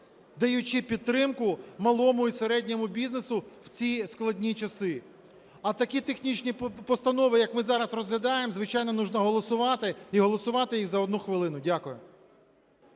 даючи підтримку малому і середньому бізнесу в ці складні часи. А такі технічні постанови, як ми зараз розглядаємо, звичайно, треба голосувати і голосувати їх за одну хвилину. Дякую.